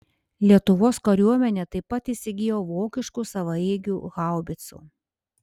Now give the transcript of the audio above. lietuvos kariuomenė taip pat įsigijo vokiškų savaeigių haubicų